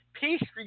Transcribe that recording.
pastry